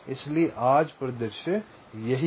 इसलिए आज परिदृश्य यही है